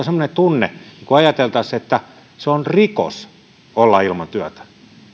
semmoinen tunne kuin ajateltaisiin että on rikos olla ilman työtä